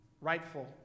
Rightful